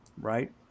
Right